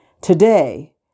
Today